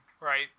Right